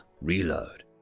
Reload